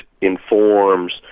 informs